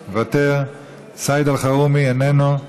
מוותר, סעיד אלחרומי, איננו,